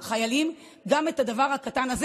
והחיילים פשוט לא יכולים לעמוד בסיטואציה הזאת,